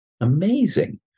amazing